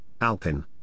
Alpin